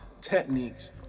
techniques